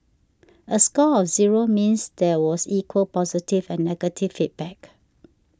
a score of zero means there was equal positive and negative feedback